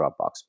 Dropbox